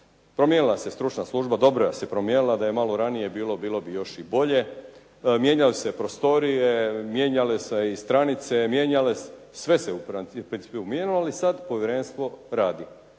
promijenila se stručna služba, dobro da se promijenila, da je malo ranije bilo bi još i bolje, mijenjale su se prostorije, mijenjale su se i stranice, sve se u principu mijenjalo ali sad povjerenstvo radi.